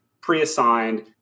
pre-assigned